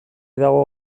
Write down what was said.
dago